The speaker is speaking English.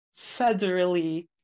federally